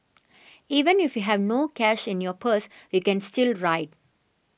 even if you have no cash in your purse you can still ride